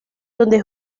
donde